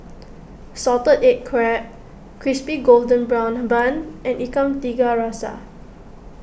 Salted Egg Crab Crispy Golden Brown Bun and Ikan Tiga Rasa